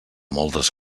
moltes